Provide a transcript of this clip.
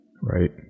Right